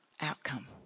outcome